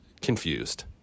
confused